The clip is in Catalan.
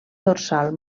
dorsal